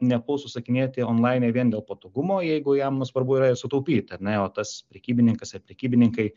nepuls užsakinėti onlaine vien dėl patogumo jeigu jam nu svarbu yra ir sutaupyti ar ne o tas prekybininkas ar prekybininkai